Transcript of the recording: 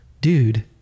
dude